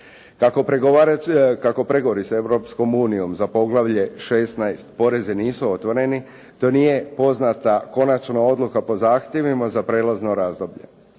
Kako pregovori s Europskom unijom za poglavlje 16.-Porezi nisu otvoreni, to nije poznata konačna odluka po zahtjevima za prelazno razdoblje.